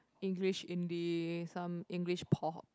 English indie some English pop